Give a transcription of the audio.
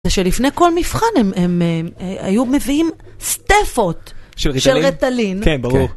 ושלפני כל מבחן הם היו מביאים סטפות של רטלין.